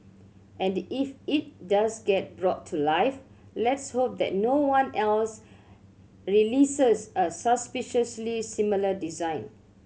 and if it does get brought to life let's hope that no one else releases a suspiciously similar design